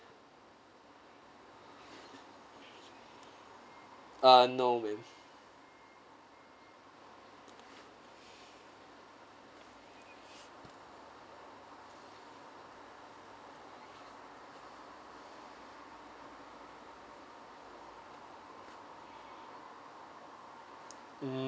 ah no ma'am mm